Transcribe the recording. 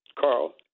Carl